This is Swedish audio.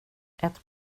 ett